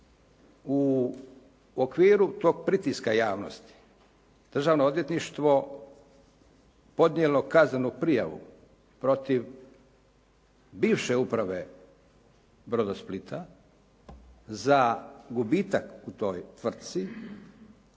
u okviru tog pritiska javnosti državno odvjetništvo podnijelo kaznenu prijavu protiv bivše uprave "Brodosplita" za gubitak u toj tvrtci,